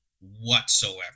whatsoever